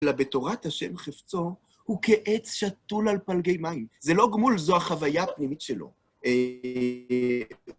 אלא בתורת ה' חפצו הוא כעץ שטול על פלגי מים. זה לא גמול, זו החוויה הפנימית שלו.